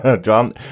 John